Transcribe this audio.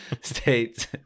states